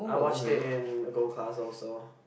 I watched it in gold class also